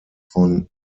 von